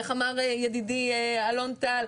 איך אמר ידידי אלון טל?